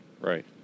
Right